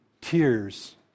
tears